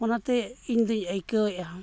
ᱚᱱᱟᱛᱮ ᱤᱧᱫᱚᱧ ᱟᱹᱭᱠᱟᱹᱣᱮᱫᱼᱟ